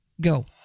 Go